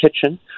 kitchen